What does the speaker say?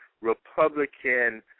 Republican